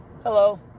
Hello